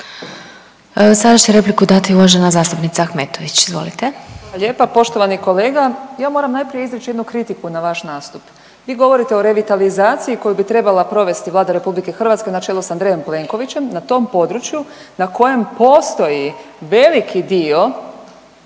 Sada će repliku dati uvažena zastupnica Ahmetović. Izvolite. **Ahmetović, Mirela (SDP)** Hvala lijepa. Poštovani kolega. Ja moram najprije izreći jednu kritiku na vaš nastup, vi govorite o revitalizaciji koju bi trebala provesti Vlada RH na čelu sa Andrejom Plenkovićem na tom području na kojem postoji veliki dio